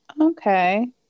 okay